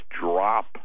drop